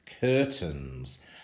Curtains